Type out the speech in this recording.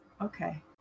Okay